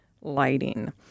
lighting